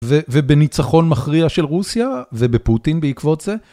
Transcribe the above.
ובניצחון מכריע של רוסיה, ובפוטין בעקבות זה.